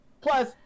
plus